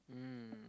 mm